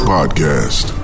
Podcast